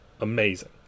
amazing